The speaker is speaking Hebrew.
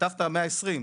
כתבת 120,